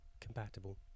Compatible